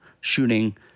shooting